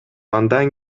андан